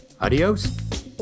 Adios